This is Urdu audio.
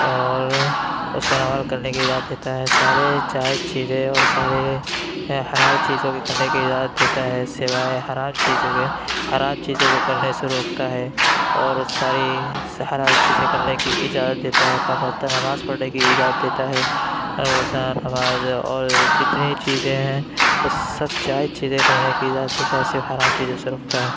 اور اس پہ عمل کرنے کی اجازت دیتا ہے سارے جائز چیزیں اور سارے حلال چیزوں کے کرنے کی اجازت دیتا ہے سوائے حرام چیزوں کے حرام چیزوں کو کرنے سے روکتا ہے اور ساری س حلال چیزیں کرنے کی اجازت دیتا ہے پنج وقتہ نماز پڑھنے کی اجازت دیتا ہے روزہ نماز اور جتنی ہی چیزیں ہیں اس سب جائز چیزیں کرنے کی اجازت دیتا ہے صرف حرام چیزوں سے روکتا ہے